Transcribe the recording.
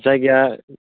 जायगाया